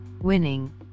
winning